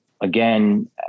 again